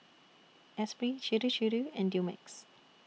Esprit Chir Chir and Dumex